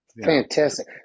Fantastic